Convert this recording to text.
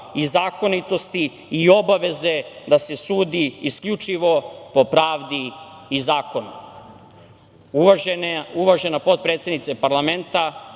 i zakonitosti i obaveze da se sudi isključivo po pravdi i zakonu. Uvažena potpredsednice parlamenta,